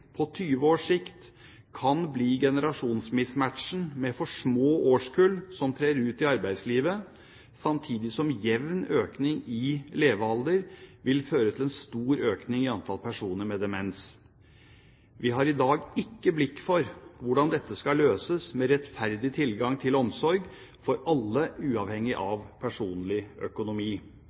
på 20 års sikt kan bli generasjonsmismatchen med for små årskull som trer ut i arbeidslivet, samtidig som en jevn økning i levealder vil føre til en stor økning i antall personer med demens. Vi har i dag ikke blikk for hvordan dette skal løses for å få rettferdig tilgang til omsorg for alle uavhengig av personlig økonomi.